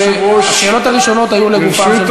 השאלות הראשונות היו לגופם של דברים.